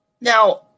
now